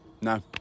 No